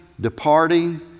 departing